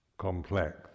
Complex